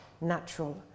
natural